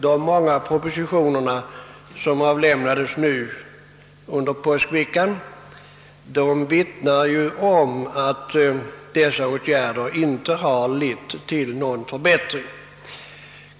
De många propositioner som avlämnades nu under påskveckan vittnar dock om att dessa åtgärder inte har lett till någon förbättring.